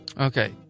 okay